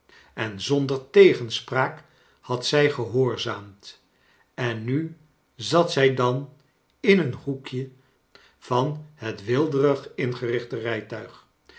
en zonder tegenspraak had zij gehoorzaamd en nu zat zij dan in een hoekje van het weelderig ingerichte rijtuig